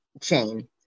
chain